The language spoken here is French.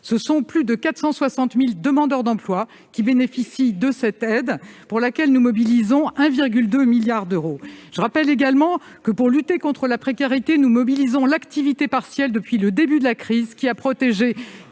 Ce sont plus de 460 000 demandeurs d'emploi qui bénéficient de cette aide, pour laquelle nous mobilisons 1,2 milliard d'euros. Je rappelle en outre que, pour lutter contre la précarité, nous utilisons l'activité partielle, ... Ce sont des acquis sociaux